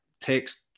text